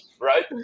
right